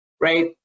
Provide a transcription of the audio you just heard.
right